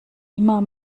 immer